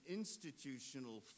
institutional